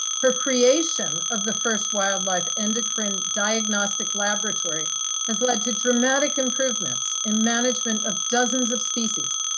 her creation of the first wildlife endocrine diagnostic laboratory has led to dramatic improvements in management of dozens of species,